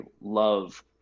love